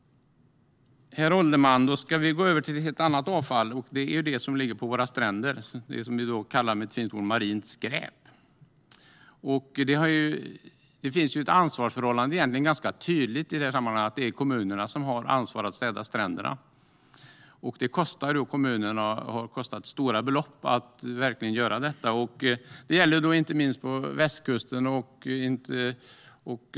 Herr ålderspresident! Nu går jag över till ett annat avfall, nämligen det som ligger på våra stränder och som vi med ett fint uttryck kallar marint skräp. Det finns ett ganska tydligt ansvarsförhållande. Det är kommunerna som har ansvaret för att städa stränderna. Det har kostat stora belopp för kommunerna att göra detta. Det gäller inte minst på västkusten.